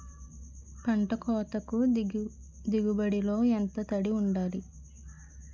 పంట కోతకు దిగుబడి లో ఎంత తడి వుండాలి?